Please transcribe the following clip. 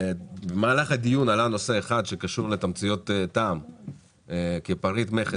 במהלך הדיון עלה נושא אחד שקשור לתמציות טעם כפריט מכס,